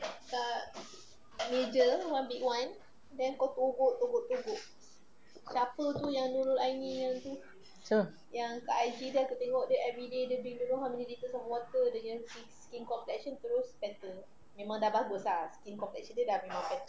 siapa